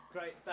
Great